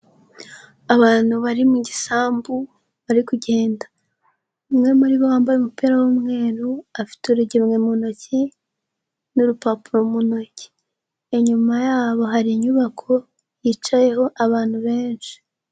Abantu bari mu gisambu bari kugenda, umwe muri bo wambaye umupira w'umweru, afite urugemwe mu ntoki n'urupapuro mu ntoki, inyuma yabo hari inyubako yicayeho abantu benshi.